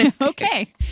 Okay